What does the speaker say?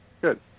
Good